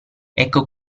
ecco